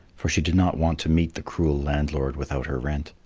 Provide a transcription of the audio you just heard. for she did not want to meet the cruel landlord without her rent.